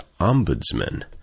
ombudsman